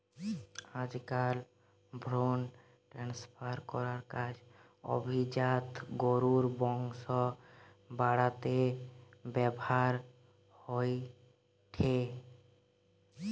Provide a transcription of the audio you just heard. আজকাল ভ্রুন ট্রান্সফার করার কাজ অভিজাত গরুর বংশ বাড়াতে ব্যাভার হয়ঠে